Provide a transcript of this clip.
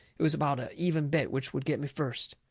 it was about a even bet which would get me first.